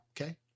okay